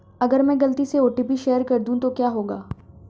अगर मैं गलती से ओ.टी.पी शेयर कर दूं तो क्या होगा?